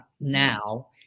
now